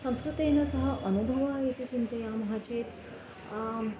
संस्कृतेन सः अनुभवः इति चिन्तयामः चेत् आम्